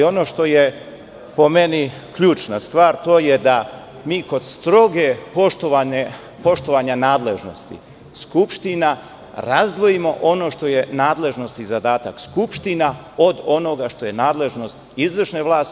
Ono što je po meni ključna stvar jeste to da mi kod strogog poštovanja nadležnosti skupština, razdvojimo ono što je nadležnost i zadatak skupština od onoga što je nadležnost izvršne vlasti.